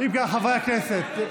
חברי הכנסת,